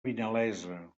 vinalesa